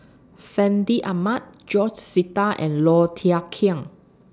Fandi Ahmad George Sita and Low Thia Khiang